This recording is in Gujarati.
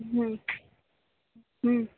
હુ હુ